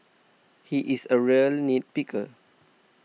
he is a real nit picker